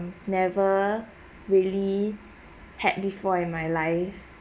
never really had before in my life